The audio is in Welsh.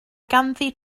ganddi